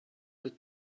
sit